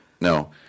no